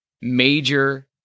major